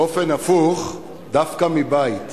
באופן הפוך, דווקא מבית,